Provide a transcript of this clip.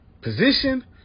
position